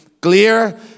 clear